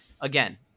Again